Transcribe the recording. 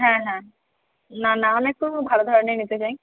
হ্যাঁ হ্যাঁ না না আমি একটু ভালো ধরনের নিতে চাই